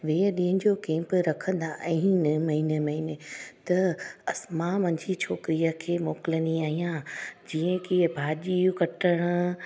वीह ॾींहंनि जो केंप रखंदा आहिनि महिने महिने त अस मां मुंहिंजी छोकिरीअ खे मोकिलंदी आहियां जीअं कि ए भाॼी ए कटणु